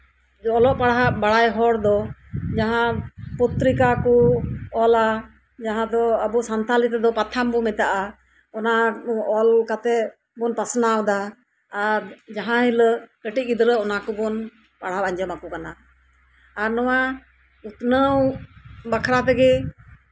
ᱚᱞᱚᱜ ᱯᱟᱦᱟᱜ ᱵᱟᱲᱟᱭ ᱦᱚᱲ ᱫᱚ ᱡᱟᱸᱦᱟ ᱯᱚᱛᱨᱤᱠᱟ ᱠᱚ ᱚᱞᱼᱟ ᱟᱵᱚ ᱥᱟᱱᱛᱟᱞᱤ ᱛᱮᱫᱚ ᱠᱟᱛᱷᱟ ᱵᱚᱱ ᱢᱮᱛᱟᱜᱼᱟ ᱚᱱᱟ ᱚᱞ ᱠᱟᱛᱮᱜ ᱵᱚᱱ ᱯᱟᱥᱱᱟᱣ ᱮᱫᱟ ᱟᱨ ᱡᱟᱸᱦᱟ ᱦᱤᱞᱳᱜ ᱠᱟᱹᱴᱤᱡ ᱜᱤᱫᱽᱨᱟᱹ ᱚᱱᱟ ᱠᱚᱵᱚᱱ ᱯᱟᱲᱦᱟᱣ ᱟᱸᱡᱚᱢ ᱟᱠᱚ ᱠᱟᱱᱟ ᱟᱨ ᱱᱚᱣᱟ ᱩᱛᱱᱟᱹᱣ ᱵᱟᱠᱷᱨᱟ ᱛᱮᱜᱮ